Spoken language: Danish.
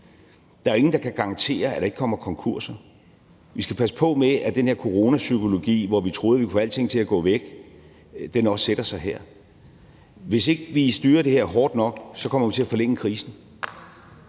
Der er jo ingen, der kan garantere, at der ikke kommer konkurser, og vi skal passe på med, at den her coronapsykologi, hvor vi troede, at vi kunne få alting til at gå væk, også sætter sig her. Hvis ikke vi styrer det her hårdt nok, kommer vi til at forlænge krisen.